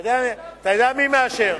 אתה יודע מי מאשר,